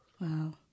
Wow